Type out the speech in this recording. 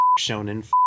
shonen